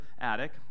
attic